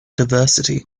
diversity